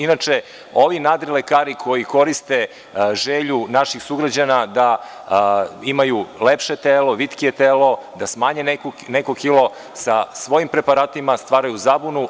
Inače, ovi nadrilekari koji koriste želju naših sugrađana da imaju lepše telo, vitkije telo, da smanje neko kilo, sa svojim preparatima stvaraju zabunu.